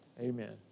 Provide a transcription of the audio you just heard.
Amen